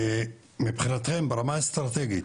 מבחינתכם ברמה האסטרטגית,